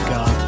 God